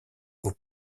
aux